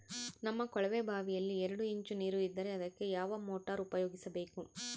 ನಮ್ಮ ಕೊಳವೆಬಾವಿಯಲ್ಲಿ ಎರಡು ಇಂಚು ನೇರು ಇದ್ದರೆ ಅದಕ್ಕೆ ಯಾವ ಮೋಟಾರ್ ಉಪಯೋಗಿಸಬೇಕು?